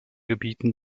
gebieten